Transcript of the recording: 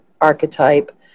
archetype